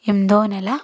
ఎనిమిదవ నెల